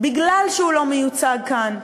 כי הוא לא מיוצג כאן.